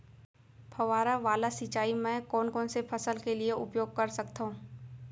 फवारा वाला सिंचाई मैं कोन कोन से फसल के लिए उपयोग कर सकथो?